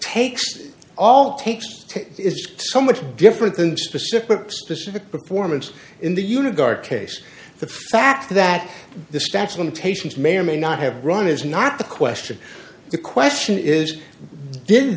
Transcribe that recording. takes all takes is so much different than specific specific performance in the unit guard case the fact that the stats limitations may or may not have run is not the question the question is d